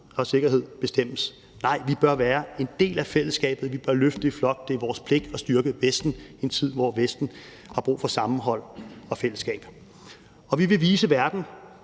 og sikkerhed bestemmes? Nej! Vi bør være en del af fællesskabet. Vi bør løfte i flok. Det er vores pligt at styrke Vesten i en tid, hvor Vesten har brug for sammenhold og fællesskab. Vi vil vise verden,